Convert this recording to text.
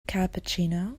cappuccino